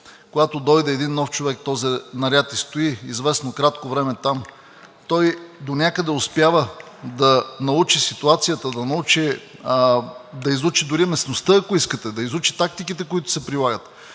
Когато дойде един нов човек и този наряд стои известно кратко време там, той донякъде успява да научи ситуацията, да изучи дори местността, ако искате, да изучи тактиките, които се прилагат.